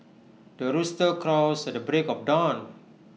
the rooster crows at the break of dawn